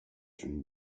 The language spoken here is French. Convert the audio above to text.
une